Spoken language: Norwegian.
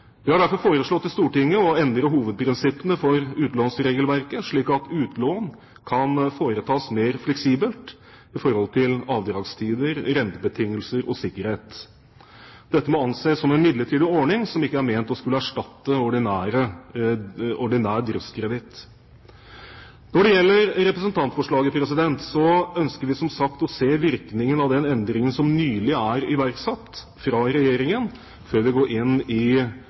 Vi har derfor foreslått i Stortinget å endre hovedprinsippene for utlånsregelverket, slik at utlån kan foretas mer fleksibelt i forhold til avdragstider, rentebetingelser og sikkerhet. Dette må anses som en midlertidig ordning som ikke er ment å skulle erstatte ordinær driftskreditt. Når det gjelder representantforslaget, ønsker vi, som sagt, å se virkningen av den endringen som nylig er iverksatt fra Regjeringen før vi går inn på andre endringer i